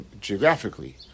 geographically